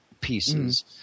pieces